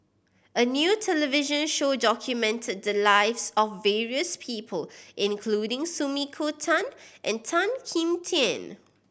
a new television show documented the lives of various people including Sumiko Tan and Tan Kim Tian